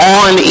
on